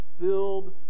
filled